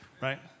Right